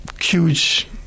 huge